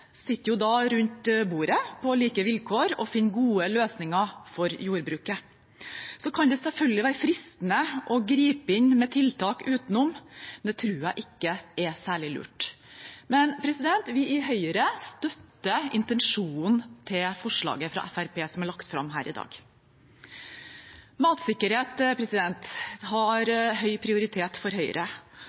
sitter rundt bordet på like vilkår og finner gode løsninger for jordbruket. Det kan selvfølgelig være fristende å gripe inn med tiltak utenom. Det tror jeg ikke er særlig lurt, men vi i Høyre støtter intensjonen til forslaget fra Fremskrittspartiet som er lagt fram her i dag. Matsikkerhet har høy prioritet for Høyre,